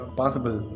possible